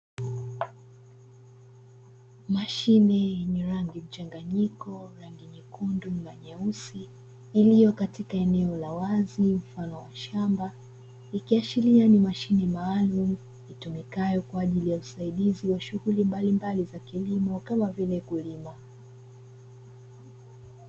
Mashine yenye rangi mchanganyiko, rangi nyekundu na nyeusi iliyo katika eneo la wazi mfano wa shamba, ikiashiria ni mashine maalumu itumikayo kwa ajili ya usaidizi wa shughuli mbalimbali za kilimo kama vile; kulima.